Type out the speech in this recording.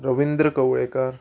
Ravindra Kavlekar